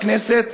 בכנסת,